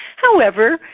however,